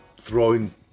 throwing